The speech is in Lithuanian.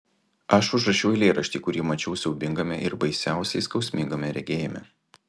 aš užrašiau eilėraštį kurį mačiau siaubingame ir baisiausiai skausmingame regėjime